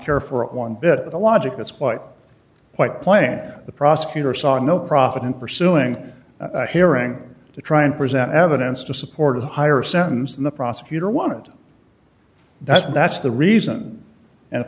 care for it one bit the logic that's quite quite planted the prosecutor saw no profit in pursuing a hearing to try and present evidence to support a higher sentence and the prosecutor want that that's the reason and